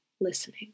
listening